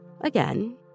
again